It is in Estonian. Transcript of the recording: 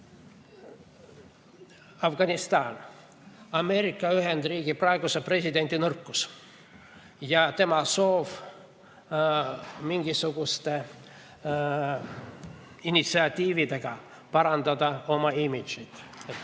mastaabis. Ameerika Ühendriikide praeguse presidendi nõrkus ja tema soov on mingisuguste initsiatiividega parandada oma imidžit.